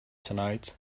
tonight